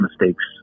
mistakes